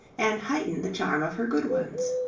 and heighten the charm of her good ones.